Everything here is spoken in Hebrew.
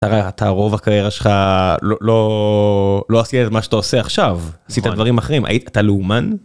הרי אתה רוב הקריירה שלך לא לא עשית את מה שאתה עושה עכשיו, עשית דברים אחרים. היית, אתה לאומן?